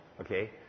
Okay